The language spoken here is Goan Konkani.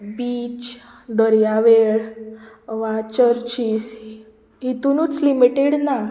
बीच दर्यावेळ वा चर्चीज हितूनूच लिमिटीड ना